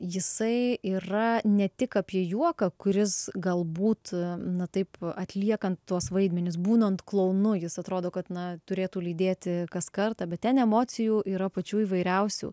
jisai yra ne tik apie juoką kuris galbūt na taip atliekant tuos vaidmenis būnant klounu jis atrodo kad na turėtų lydėti kas kartą bet ten emocijų yra pačių įvairiausių